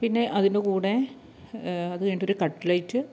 പിന്നെ അതിൻ്റെ കൂടെ അതുകഴിഞ്ഞിട്ടൊരു കട്ലെറ്റ്